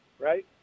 right